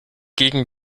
gegen